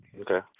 Okay